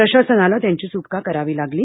प्रशासनाला त्यांची सुटका करावी लागली